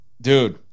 Dude